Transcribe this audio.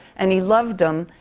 and he loved him,